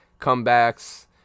Comebacks